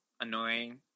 annoying